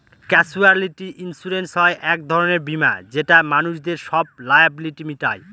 casualty insurance হয় এক ধরনের বীমা যেটা মানুষদের সব লায়াবিলিটি মিটায়